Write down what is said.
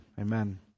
amen